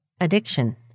addiction